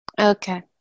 Okay